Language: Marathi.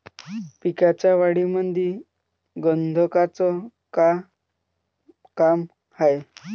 पिकाच्या वाढीमंदी गंधकाचं का काम हाये?